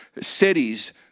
cities